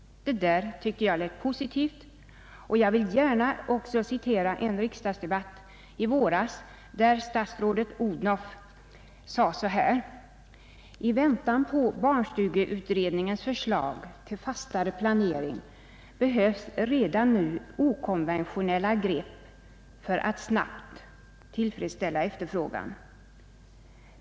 Detta tycker jag lät positivt, och jag vill gärna också citera vad statsrådet fru Odhnoff sade i en riksdagsdebatt i våras. ”I väntan på barnstugeutredningens förslag till fastare planering behövs redan nu okonventionella grepp för att snabbt tillfredsställa efterfrågan.